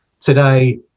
Today